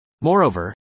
Moreover